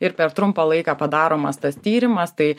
ir per trumpą laiką padaromas tas tyrimas tai